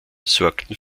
sorgten